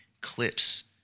clips